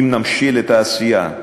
אם נמשיל את העשייה,